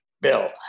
Bill